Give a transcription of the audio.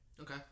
okay